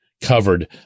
covered